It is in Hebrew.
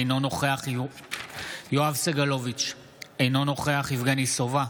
אינו נוכח יואב סגלוביץ' אינו נוכח יבגני סובה,